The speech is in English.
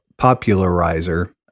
popularizer